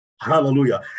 Hallelujah